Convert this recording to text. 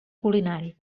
culinari